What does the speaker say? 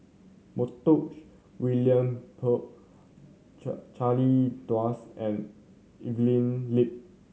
Montague William Pett Charle and Evelyn Lip